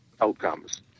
outcomes